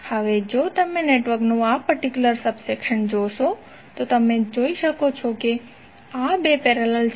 હવે જો તમે નેટવર્કનું આ પર્ટિક્યુલર સબસેક્શન જોશો તો તમે જોઈ શકો છો કે આ 2 પેરેલલ છે